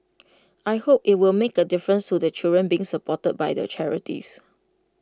I hope IT will make A difference to the children being supported by the charities